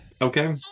Okay